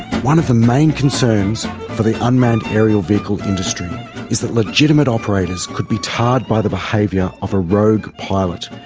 one of the main concerns for the unmanned aerial vehicle industry is that legitimate operators could be tarred by the behaviour of a rogue pilot.